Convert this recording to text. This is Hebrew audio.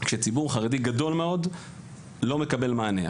כשציבור חרדי גדול מאוד לא מקבל מענה.